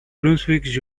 brunswick